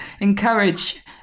encourage